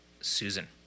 Susan